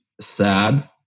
sad